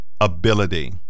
ability